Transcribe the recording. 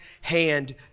hand